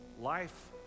life